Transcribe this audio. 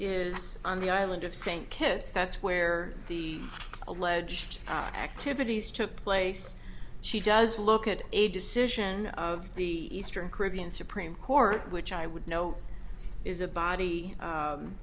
is on the island of st kitts that's where the alleged activities took place she does look at a decision of the eastern caribbean supreme court which i would know is a body